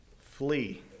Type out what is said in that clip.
flee